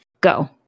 go